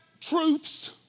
truths